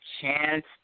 chance